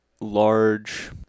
large